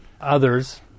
others